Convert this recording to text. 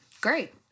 Great